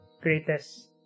greatest